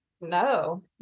No